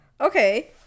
Okay